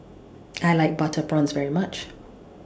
I like Butter Prawns very much